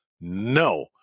no